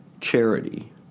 Charity